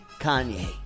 kanye